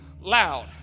loud